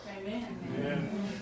Amen